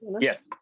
Yes